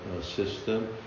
system